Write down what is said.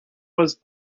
was